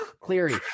Cleary